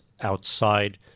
outside